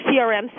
CRM